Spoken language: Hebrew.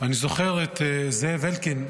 אני זוכר את זאב אלקין,